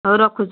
ହଉ ରଖୁଛି